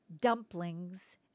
dumplings